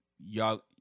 Y'all